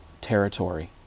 territory